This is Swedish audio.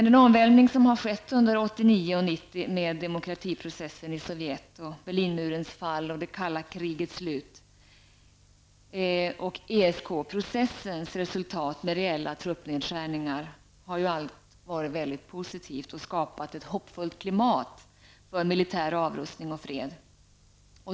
Den omvälvning som skett under 1989 och 1990 med demokratiprocessen i Sovjet, Berlinmurens fall, det kalla kriget slut och ESK-processens resultat med reella truppnedskärningar har varit mycket positivt och skapat ett hoppfullt klimat för militär avrustning och fred.